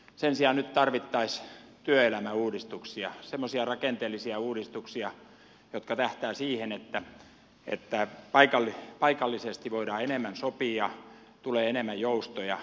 sen sijaan nyt tarvittaisiin työelämäuudistuksia semmoisia rakenteellisia uudistuksia jotka tähtäävät siihen että paikallisesti voidaan enemmän sopia tulee enemmän joustoja